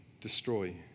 destroy